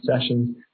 sessions